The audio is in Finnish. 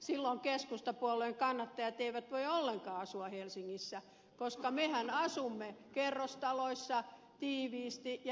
silloin keskustapuolueen kannattajat eivät voi ollenkaan asua helsingissä koska mehän asumme kerrostaloissa tiiviisti ja ekologisesti